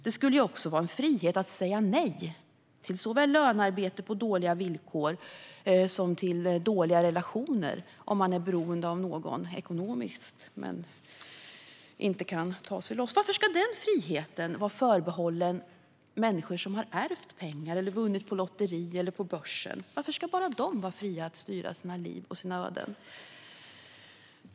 Det skulle också innebära en frihet att säga nej såväl till lönearbete på dåliga villkor som till en dålig relation, om man är beroende av någon ekonomiskt men inte kan ta sig loss. Varför ska den friheten vara förbehållen människor som har ärvt pengar eller vunnit på lotteri eller börsen? Varför ska bara de vara fria att styra sitt liv och sitt öde?